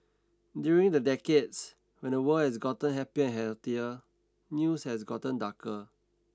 during the decades when the world has gotten happier healthier news has gotten darker